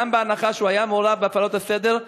גם בהנחה שהוא היה מעורב בהפרות הסדר,